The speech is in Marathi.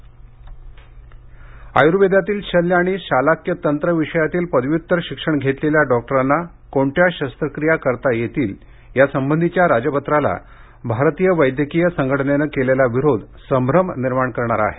आयुर्वेद आयुर्वेदातील शल्य आणि शालाक्यतंत्र विषयातील पदव्युत्तर शिक्षण घेतलेल्या डॉक्टरांना कोणत्या शस्त्रक्रिया करता येतील यासंबंधीच्या राजपत्राला भारतीय वैद्यकीय संघटनेनं केलेला विरोध संभ्रम निर्माण करणारा आहे